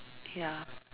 ya